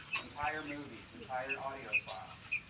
entire movies, entire audio files.